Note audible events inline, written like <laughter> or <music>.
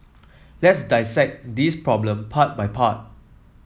let's <unintelligible> this problem part by part